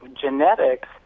genetics